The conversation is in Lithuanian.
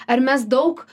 ar mes daug